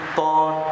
born